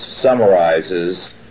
summarizes